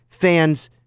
fans